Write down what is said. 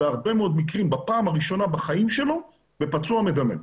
בהרבה מאוד מקרים בפעם הראשונה בחיים שלו בפצוע מדמם.